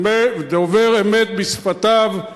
דובר אמת בשפתיו,